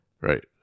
right